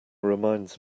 reminds